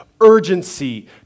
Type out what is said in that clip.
urgency